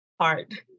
hard